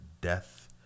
death